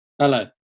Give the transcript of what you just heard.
hello